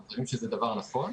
אנחנו חושבים שזה דבר נכון,